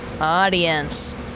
Audience